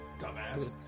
Dumbass